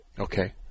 Okay